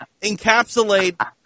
encapsulate